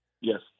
Yes